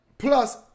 Plus